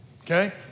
Okay